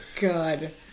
God